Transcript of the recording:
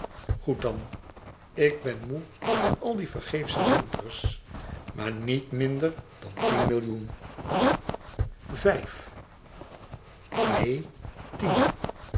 goed dan ik ben moê van al die vergeefsche winters maar niet minder dan tien millioen vijf neen tien